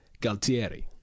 Galtieri